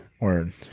Word